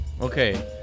Okay